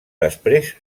després